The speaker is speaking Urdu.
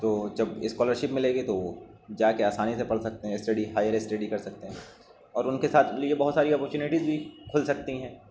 تو جب اسکالرشپ ملے گی تو وہ جا کے آسانی سے پڑھ سکتے ہیں اسٹڈی ہائیر اسٹڈی کر سکتے ہیں اور ان کے ساتھ لیے بہت ساری اپاچونیٹیز بھی کھل سکتی ہیں